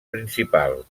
principal